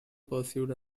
pursued